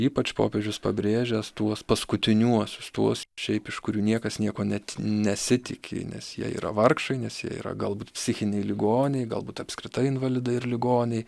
ypač popiežius pabrėžęs tuos paskutiniuosius tuos šiaip iš kurių niekas nieko net nesitiki nes jie yra vargšai nes jie yra galbūt psichiniai ligoniai galbūt apskritai invalidai ir ligoniai